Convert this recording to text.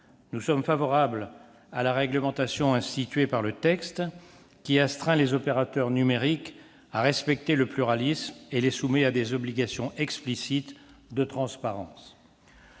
Nous sommes favorables à la réglementation instituée par le texte, qui astreint les opérateurs numériques à respecter le pluralisme et les soumet à des obligations explicites de transparence.